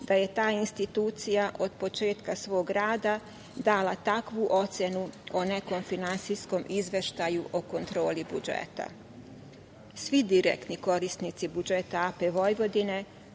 da je ta institucija od početka svog rada dala takvu ocenu o nekom finansijskom izveštaju o kontroli budžeta. Svi direktni korisnici budžeta AP Vojvodine